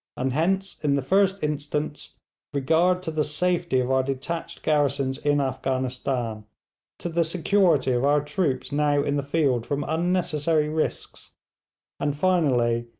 and hence in the first instance regard to the safety of our detached garrisons in afghanistan to the security of our troops now in the field from unnecessary risks and finally,